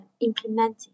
implementing